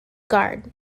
guard